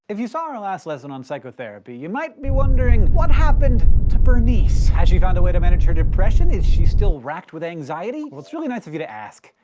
if you saw our last lesson on psychotherapy you might be wondering what happened to bernice? has she found a way to manage her depression? is she still wracked with anxiety? well it's really nice of you to ask.